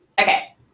okay